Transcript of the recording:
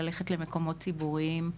ללכת למקומות ציבוריים,